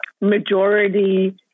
majority